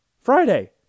Friday